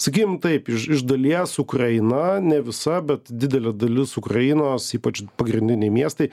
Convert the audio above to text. sakykim taip iš iš dalies ukraina ne visa bet didelė dalis ukrainos ypač pagrindiniai miestai